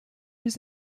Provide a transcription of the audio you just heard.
his